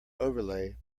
overlay